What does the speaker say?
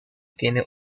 tiene